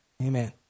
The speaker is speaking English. Amen